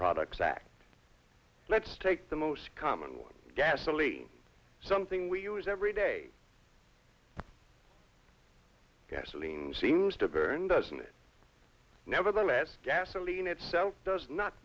products act let's take the most common one gasoline something we use every day gasoline seems to vary and doesn't it nevertheless gasoline itself does not